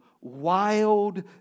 wild